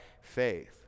faith